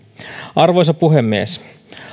arvoisa puhemies